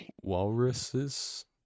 Walruses